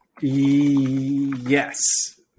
Yes